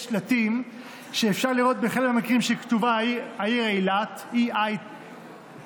אפשר לראות שבאחד המקרים כתובה העיר אילת Eilat,